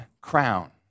crown